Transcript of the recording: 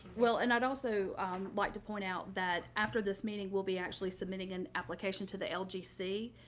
well, and i'd also like to point out that after this meeting will be actually submitting an application to the lgc.